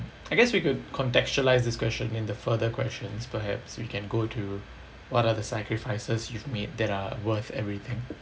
I guess we could contextualize this question in the further questions perhaps we can go to what other sacrifices you've made that are worth everything